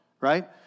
right